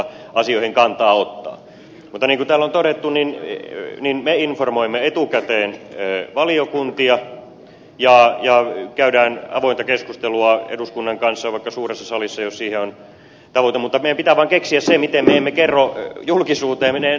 mutta niin kuin täällä on todettu niin me informoimme etukäteen valiokuntia ja käymme avointa keskustelua eduskunnan kanssa vaikka suuressa salissa jos siihen on tarvis mutta meidän pitää vaan keksiä se miten me emme kerro julkisuuteen meidän neuvottelutavoitteitamme